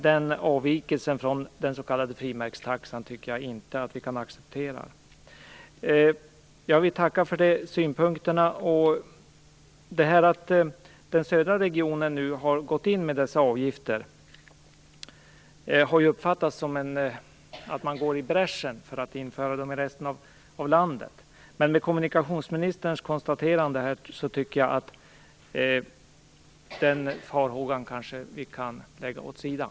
Den avvikelsen från den s.k. frimärkstaxan tycker jag inte man kan acceptera. Jag vill tacka för synpunkterna. Att den södra regionen har infört dessa avgifter har uppfattats som att denna region går i bräschen för att införa dem i resten av landet. I och med kommunikationsministerns konstaterande tycker jag att vi kan lägga den farhågan åt sidan.